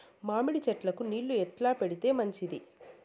మామిడి చెట్లకు నీళ్లు ఎట్లా పెడితే మంచిది?